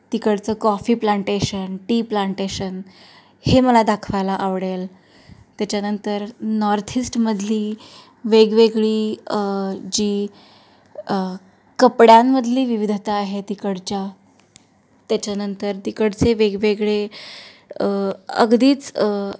तिकडचं coffee plantation tea plantation हे मला दाखवायला आवडेल त्याच्यानंतर नॉर्थ इस्टमधली वेगवेगळी जी कपड्यांमधली विविधता आहे तिकडच्या त्याच्यानंतर तिकडचे वेगवेगळे अगदीच